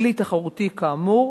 כלי תחרותי כאמור,